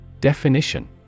Definition